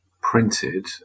printed